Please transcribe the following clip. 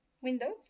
windows